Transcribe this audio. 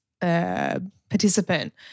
participant